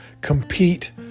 compete